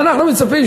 מה אנחנו מצפים?